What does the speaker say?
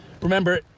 remember